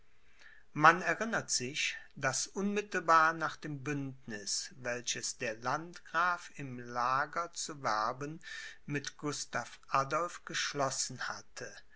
man erinnert sich daß unmittelbar nach dem bündniß welches der landgraf im lager zu werben mit gustav adolph geschlossen hatte